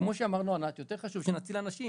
וכמו שאמרנו, ענת, יותר חשוב שנציל אנשים.